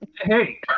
Hey